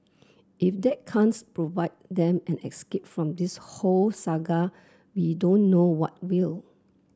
if that can't provide them an escape from this whole saga we don't know what will